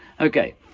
Okay